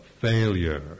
failure